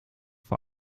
vor